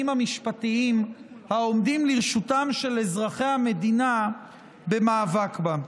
המשפטיים העומדים לרשותם של אזרחי המדינה במאבק בה.